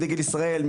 ישראל,